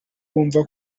kumva